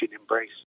embrace